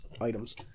items